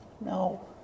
no